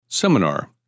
Seminar